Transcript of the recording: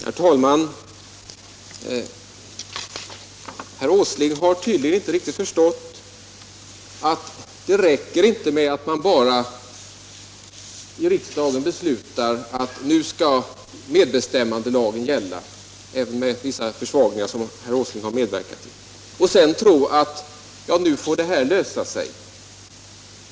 Herr talman! Herr Åsling, allt löser sig inte bara för att riksdagen beslutar att medbestämmandelagen skall gälla — med de försvagningar som herr Åsling har medverkat till.